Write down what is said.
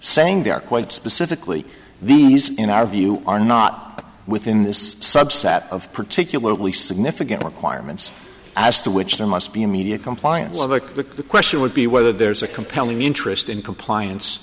saying there are quite specifically these in our view are not within this subset of particularly significant requirements as to which there must be immediate compliance of a book the question would be whether there's a compelling interest in compliance